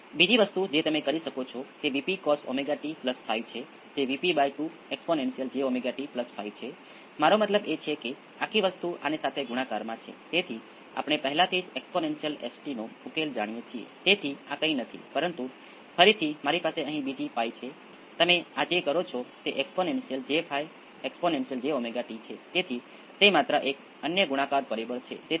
અને આ કિસ્સામાં આ ક્રીટીકલી ડેમ્પ છે અને A 1 plus A 2 t exponential p 1 t પ્રકાર નો રિસ્પોન્સ છે આ રીતે p 1 આ કિસ્સામાં ω n થસે જે 100 મેગા રેડીયન્સ પ્રતિ સેકન્ડ ના સમાન હશે